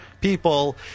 people